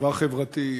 דבר חברתי.